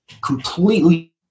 completely